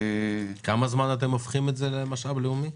כמה זמן אתם הופכים את זה למשאב לאומי?